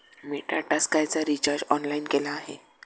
मी टाटा स्कायचा recharge online केला आहे